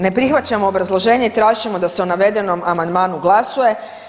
Ne prihvaćamo obrazloženje i tražit ćemo da se o navedenom amandmanu glasuje.